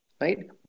right